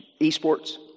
eSports